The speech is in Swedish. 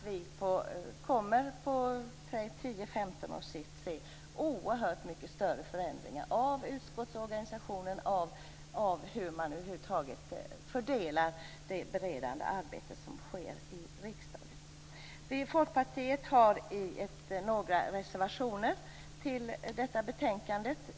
Vi kommer att på 10-15 års sikt se mycket större förändringar av utskottsorganisationen och av hur man över huvud taget fördelar det beredande arbete som sker i riksdagen. Vi i Folkpartiet har några reservationer till betänkandet.